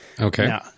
Okay